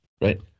Right